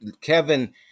Kevin